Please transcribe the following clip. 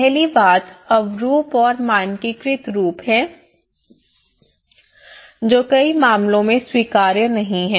पहली बात एकरूप और मानकीकृत रूप हैं जो कई मामलों में स्वीकार्य नहीं हैं